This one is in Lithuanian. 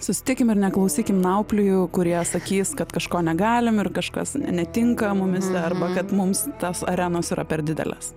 susitikim ir neklausykim nauplijų kurie sakys kad kažko negalim ir kažkas netinka mumyse arba kad mums tas arenos yra per didelės